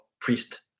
priest